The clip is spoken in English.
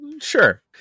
sure